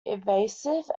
invasive